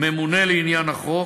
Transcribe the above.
ממונה לעניין החוק,